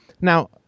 Now